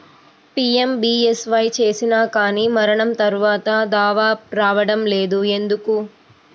PMBSY చేసినా కానీ మరణం తర్వాత దావా రావటం లేదు ఎందుకు?